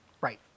Right